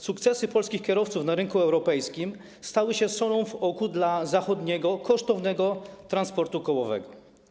Sukcesy polskich kierowców na rynku europejskim stały się solą w oku zachodniego kosztownego transportu kołowego.